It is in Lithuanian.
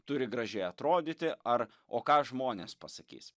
turi gražiai atrodyti ar o ką žmonės pasakys